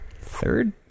Third